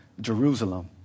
Jerusalem